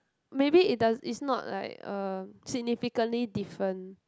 maybe it does is not like uh significantly different